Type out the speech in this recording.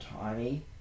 tiny